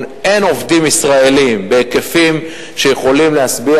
אין עובדים ישראלים בהיקפים שיכולים להשביע,